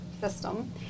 system